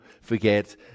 forget